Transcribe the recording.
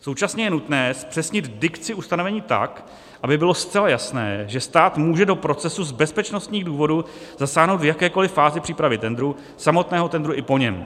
Současně je nutné zpřesnit dikci ustanovení tak, aby bylo zcela jasné, že stát může do procesu z bezpečnostních důvodů zasáhnout v jakékoliv fázi přípravy tendru, samotného tendru i po něm.